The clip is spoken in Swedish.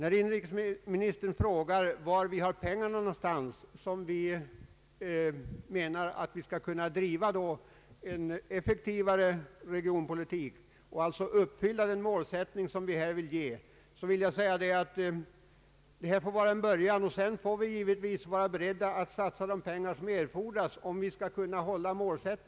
På inrikesministerns fråga om var ri har de pengar som vi tänker använda till att driva en effektivare regionalpolitik och uppfylla vår målsättning vill jag svara att det här bara är en början. Sedan får vi givetvis vara beredda att satsa de pengar som erfordras, om vi skall kunna nå målet.